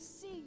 see